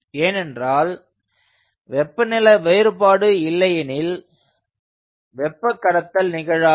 ஏனென்றால் வெப்பநிலை வேறுபாடு இல்லையெனில் வெப்பக் கடத்தல் நிகழாது